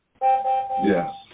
Yes